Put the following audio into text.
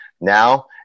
Now